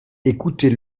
écoutez